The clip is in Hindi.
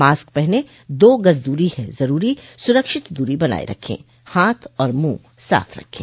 मास्क पहनें दो गज़ दूरी है ज़रूरी सुरक्षित दूरी बनाए रखें हाथ और मुंह साफ रखें